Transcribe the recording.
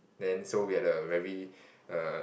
then so we at the very err